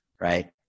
right